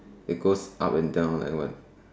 it goes up and down like what